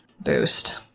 boost